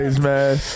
man